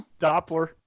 Doppler